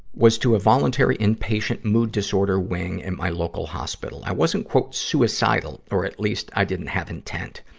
was to a voluntary inpatient mood-disorder wing in my local hospital. i wasn't suicidal, or at least i didn't have intent.